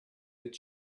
that